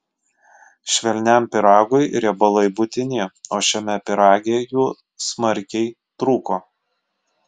švelniam pyragui riebalai būtini o šiame pyrage jų smarkiai trūko